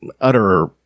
utter